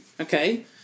Okay